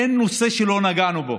אין נושא שלא נגענו בו: